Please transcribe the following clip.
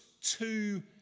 two